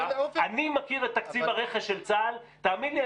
אני מכיר את תקציב הרכש של צה"ל תאמין לי,